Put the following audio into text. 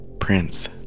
Prince